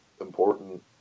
important